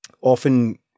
often